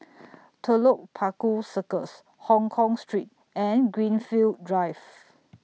Telok Paku Circus Hongkong Street and Greenfield Drive